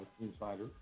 Insider